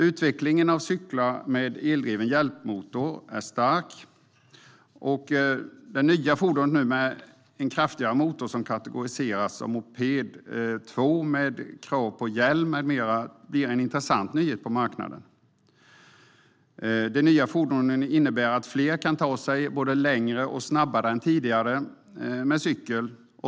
Utvecklingen av cyklar med eldriven hjälpmotor är stark. Det nya fordonet med kraftigare motor, som kategoriseras som moped II med krav på hjälm med mera, blir en intressant nyhet på marknaden. De nya fordonen innebär att fler kan ta sig fram både längre och snabbare än tidigare med cykel.